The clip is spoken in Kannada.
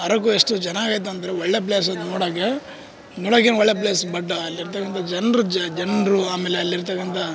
ಅರಕು ಎಷ್ಟು ಚೆನ್ನಾಗ್ ಐತಿ ಅಂದ್ರೆ ಒಳ್ಳೇ ಪ್ಲೇಸ್ ನೋಡೋಕೆ ನೋಡೋಕೇನ್ ಒಳ್ಳೇ ಪ್ಲೇಸ್ ಬಟ್ ಅಲ್ಲಿರ್ತಕ್ಕಂಥ ಜನರು ಜನರು ಆಮೇಲೆ ಅಲ್ಲಿರ್ತಕ್ಕಂಥ